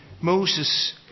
moses